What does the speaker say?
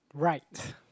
right